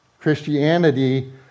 Christianity